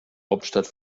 hauptstadt